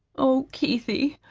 oh, keithie,